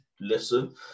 listen